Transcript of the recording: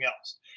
else